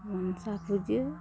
Mansa ᱯᱩᱡᱟᱹ